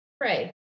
pray